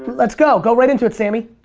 let's go. go right into it, sammy.